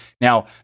Now